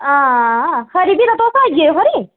हां खरी भी तां तुस आई जाएओ भी खरी